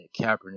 Kaepernick